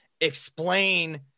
explain